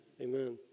Amen